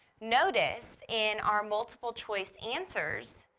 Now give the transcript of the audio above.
notice, in our multiple-choice answers,